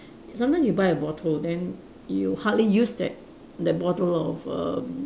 sometimes you buy a bottle then you hardly use that that bottle of err